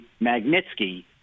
Magnitsky